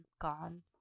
gone